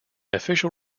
official